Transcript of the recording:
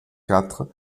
quatre